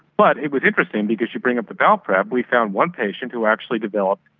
but it was interesting because you bring up the bowel prep, we found one patient who actually developed,